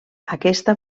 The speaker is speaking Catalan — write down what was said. aquesta